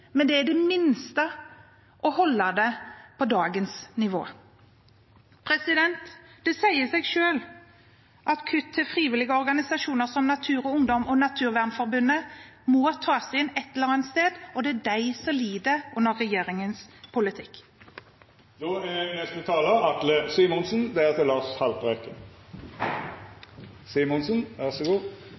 Men det er i det minste å holde det på dagens nivå. Det sier seg selv at kutt til frivillige organisasjoner som Natur og Ungdom og Naturvernforbundet må tas inn et eller annet sted, og det er de som lider under regjeringens politikk. Verden skriker etter energi. Det er